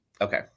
Okay